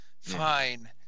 Fine